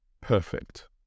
perfect